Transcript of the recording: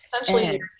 Essentially